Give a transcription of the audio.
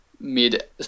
mid